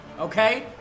okay